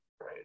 right